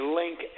link